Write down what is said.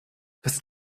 was